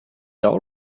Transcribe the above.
all